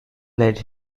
led